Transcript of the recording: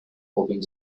hoping